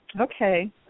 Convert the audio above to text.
Okay